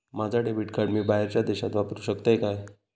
माझा debit card मी बाहेरच्या देशात वापरू शकतय काय?